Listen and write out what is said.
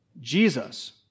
Jesus